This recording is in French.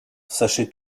sachez